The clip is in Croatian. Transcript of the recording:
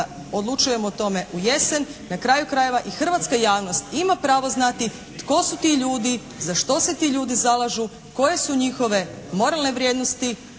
odlučujemo o tome ujesen. Na kraju krajeva i hrvatska javnost ima pravo znati tko su ti ljudi, za što se ti ljudi zalažu, koje su njihove moralne vrijednosti.